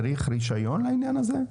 צריך רישיון לעניין הזה?